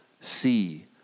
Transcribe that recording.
see